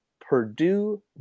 Purdue